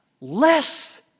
less